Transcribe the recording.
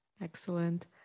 Excellent